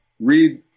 read